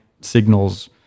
signals